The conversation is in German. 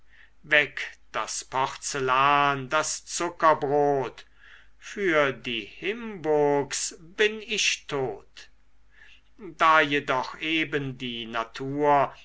weg das porzellan das zuckerbrot für die himburgs bin ich tot da jedoch eben die natur